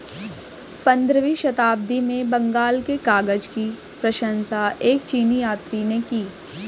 पंद्रहवीं शताब्दी में बंगाल के कागज की प्रशंसा एक चीनी यात्री ने की